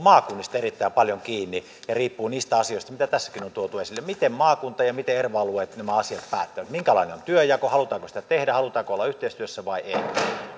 maakunnista erittäin paljon kiinni ja riippuu niistä asioista mitä tässäkin on tuotu esille miten maakunnat ja erva alueet nämä asiat päättävät minkälainen on työnjako halutaanko sitä tehdä halutaanko olla yhteistyössä vai ei